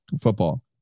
Football